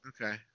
Okay